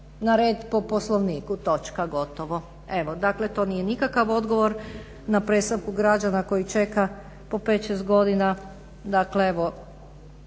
na red po poslovniku točka, gotovo. Evo dakle to nije nikakav odgovor na predstavku građana koji čeka po 5, 6 godina dakle tu